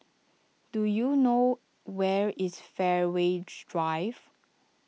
do you know where is Fairways Drive